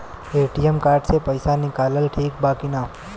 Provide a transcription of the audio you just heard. ATM card से पईसा निकालल ठीक बा की ना?